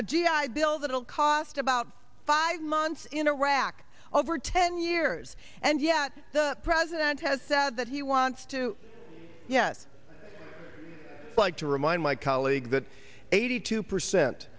a g i bill that will cost about five months in iraq over ten years and yet the president has said that he wants to yes like to remind my colleagues that eighty two percent